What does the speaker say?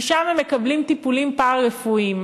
כי שם הם מקבלים טיפולים פארה-רפואיים.